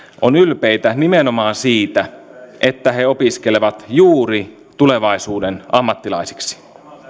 on ylpeitä nimenomaan siitä että he opiskelevat juuri tulevaisuuden ammattilaisiksi